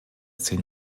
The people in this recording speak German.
zehn